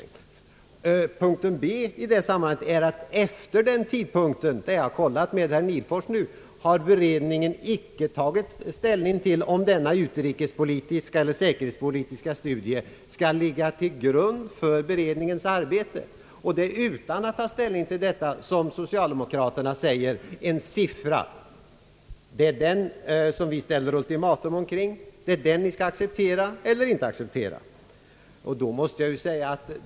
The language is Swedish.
Den andra viktiga punkten i detta sammanhang är att försvarsutredningen efter framläggandet av denna studie — vilket jag nu har fått bekräftat genom herr Nihblfors — icke har tagit ställning till huruvida denna skall ligga till grund för utredningens arbete. Utan att ha tagit ställning till detta har alltså social demokraterna ställt ultimatum om att vi skall acceptera eller förkasta en fixerad siffra.